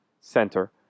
center